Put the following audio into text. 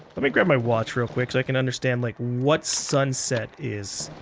let me grab my watch real quick so i can understand like what sunset is.